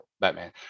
Batman